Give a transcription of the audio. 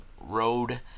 road